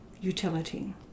utility